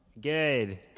Good